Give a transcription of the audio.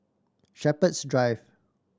Shepherds Drive